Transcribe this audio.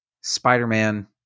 Spider-Man